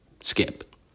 Skip